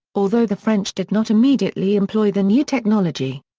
although the french did not immediately employ the new technology.